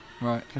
Right